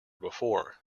before